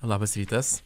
labas rytas